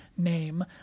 name